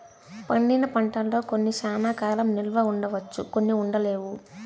పండిన పంటల్లో కొన్ని శ్యానా కాలం నిల్వ ఉంచవచ్చు కొన్ని ఉండలేవు